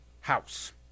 house